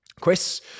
Chris